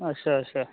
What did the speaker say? अच्छा अच्छा